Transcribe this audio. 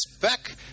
back